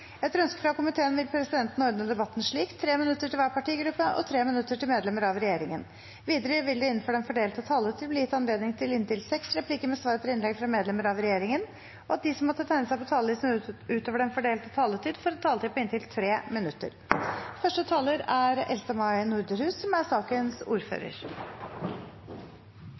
Etter ønske fra energi- og miljøkomiteen vil presidenten ordne debatten slik: 3 minutter til hver partigruppe og 3 minutter til medlemmer av regjeringen. Videre vil det – innenfor den fordelte taletid – bli gitt anledning til inntil seks replikker med svar etter innlegg fra medlemmer av regjeringen, og de som måtte tegne seg på talerlisten utover den fordelte taletid, får også en taletid på inntil 3 minutter. Først er